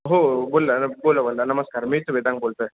हो बोला बोला बोला नमस्कार मीच वेदांग बोलतो आहे